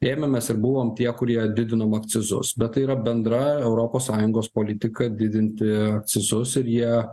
ėmėmės ir buvom tie kurie didinom akcizus bet tai yra bendra europos sąjungos politika didinti akcizus ir jie